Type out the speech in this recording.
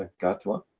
ah gatua?